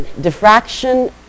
diffraction